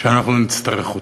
כשנצטרך אותה.